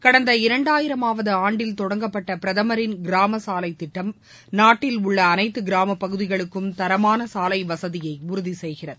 கடந்த இரண்டாயிரமாவது ஆண்டில் தொடங்கப்பட்ட பிரதமரின் கிராம சாலைத் திட்டம் நாட்டில் உள்ள அனைத்து கிராம பகுதிகளுக்கும் தரமான சாலை வசதியை உறுதி செய்கிறது